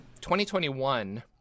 2021